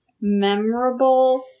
memorable